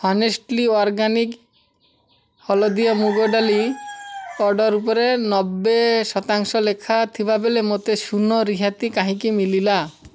honestly organic ହଲଦିଆ ମୁଗ ଡ଼ାଲି ଅର୍ଡ଼ର୍ ଉପରେ ନବେ ଶତାଂଶ ଲେଖା ଥିବାବେଲେ ମୋତେ ଶୂନ ରିହାତି କାହିଁକି ମିଲିଲା